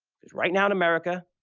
because right now in america,